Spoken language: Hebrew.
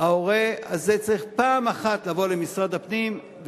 ההורה הזה צריך פעם אחת לבוא למשרד הפנים,